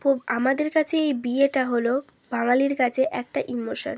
তো আমাদের কাছে এই বিয়েটা হলো বাঙালির কাছে একটা ইমোশান